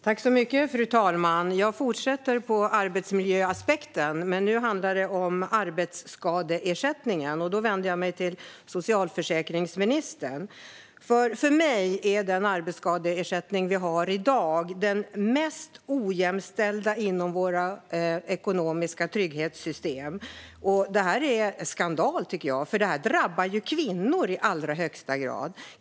Fru talman! Jag fortsätter med arbetsmiljöaspekten, men nu handlar det om arbetsskadeersättningen. Jag vänder mig till socialförsäkringsministern. För mig är den arbetsskadeersättning vi har i dag den mest ojämställda ersättningen inom våra ekonomiska trygghetssystem. Detta är en skandal, tycker jag, för det drabbar kvinnor i allra högsta grad.